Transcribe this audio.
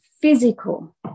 physical